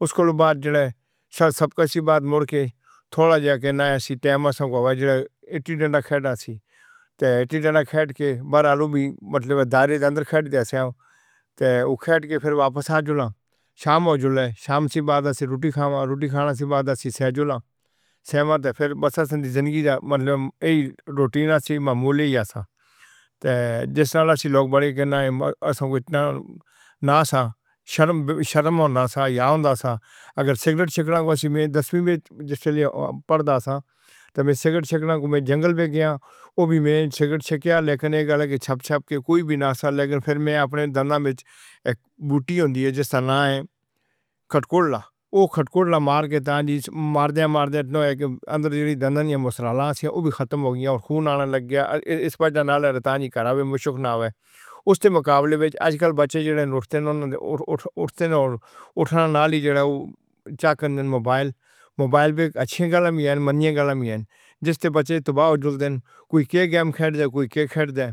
اُس کے بعد جب سب کے بعد مُڑ کر تھوڑا سا کے نیا سی ٹائم سے اِیٹی ڈنڈا کھیلتے تھے۔ ٹی ڈنڈا کھیل کر برالو بھی مطلب دریدر اندر کھیت دایا تھا۔ وہ کھیتی کے پھر واپس جُلا۔ شام ہو چلی شام سے بعد۔ روٹی کھانا۔ روٹی کھانے کے بعد سیزن سیوا تو پھر بس۔ زندگی کا مطلب ہی روٹین ہوتی ہے۔ معمولی ہے تو جس نارے سے لوگ بڑے کے نام سُنیٹا نام سا شرم شرم نہ ہو جائے۔ اگر سگریٹ چھیڑنا ہو صرف دسویں میں پڑھنا تھا تو سگریٹ چھیڑنا کو میں جنگل گیا ہو۔ بھی میں سگریٹ چھیڑا۔ لیکن یہ غلطی سے بھی نہ سا لیکر میں اپنے دانت میں بوٹی ہوتی ہے۔ جس طرح سے کھسکودھا کھسکودھا مار کر تازی مار دے مار دے ہیں۔ اندر جناب مُشارل سے وہ بھی ختم ہو گئی اور خون آنے لگ گیا۔ اِس نالے تانے کا بھی مشہور ناو ہے۔ اُس سے مقابلے میں آجکل بچے جو روتے نہیں اُٹھتے اور اُٹھنا نہ لے۔ چاقو موبائل۔ موبائل اچھی گرل میں ہوں۔ مانی گرل میں ہوں۔ جس پر بچے تو بہت جلدی کوئی کے گیم کھیلتے، کوئی کے کھیلتے۔